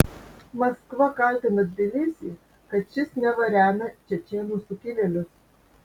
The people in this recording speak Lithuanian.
maskva kaltina tbilisį kad šis neva remia čečėnų sukilėlius